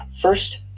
First